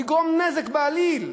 לגרום נזק בעליל?